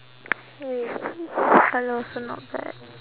wait this colour also not bad